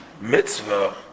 mitzvah